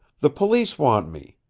the police want me.